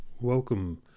Welcome